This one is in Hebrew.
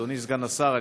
אדוני סגן השר,